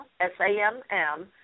S-A-M-M